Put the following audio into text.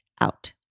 out